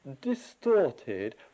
distorted